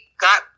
got